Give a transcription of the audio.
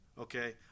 okay